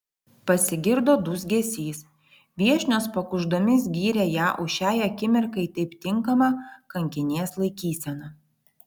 pasigirdo dūzgesys viešnios pakuždomis gyrė ją už šiai akimirkai taip tinkamą kankinės laikyseną